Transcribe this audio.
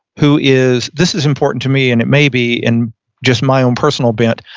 who is this is important to me and it maybe, in just my own personal bent,